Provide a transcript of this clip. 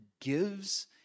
gives